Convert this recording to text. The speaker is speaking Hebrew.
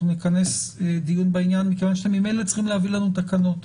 אנחנו נכנס דיון בעניין מכיוון שממילא צריכים להביא לנו תקנות.